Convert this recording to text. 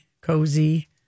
cozy